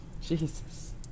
Jesus